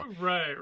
Right